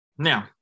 Now